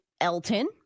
Elton